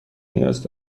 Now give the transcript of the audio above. نیاز